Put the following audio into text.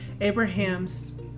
Abraham's